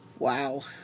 Wow